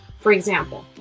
for example,